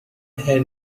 had